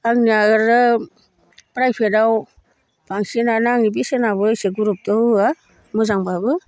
आंनिया आरो पराइभेटआव बांसिनानो आंनि बेसेनाबो एसे गुरुबथ' होया मोजांब्लाबो